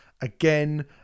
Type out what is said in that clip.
again